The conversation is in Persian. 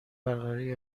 برقراری